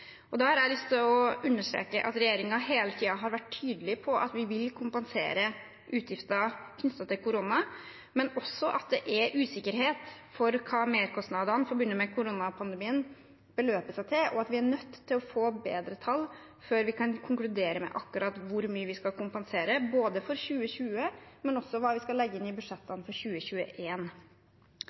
Da har jeg lyst til å understreke at regjeringen hele tiden har vært tydelig på at vi vil kompensere utgifter knyttet til korona, men også at det er usikkerhet for hva merkostnadene forbundet med koronapandemien beløper seg til, og at vi er nødt til å få bedre tall før vi kan konkludere, både med akkurat hvor mye vi skal kompensere for 2020, men også hva vi skal legge inn i budsjettene for